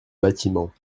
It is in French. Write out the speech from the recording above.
bâtiment